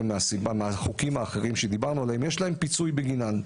מהחוקים האחרים שדיברנו עליהם יש פיצוי בגינן.